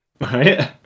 right